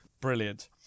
Brilliant